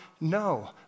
no